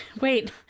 Wait